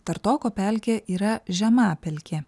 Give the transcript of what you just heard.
tartoko pelkė yra žemapelkė